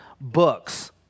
books